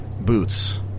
boots